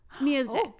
Music